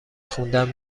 خوندن